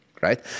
Right